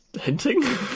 hinting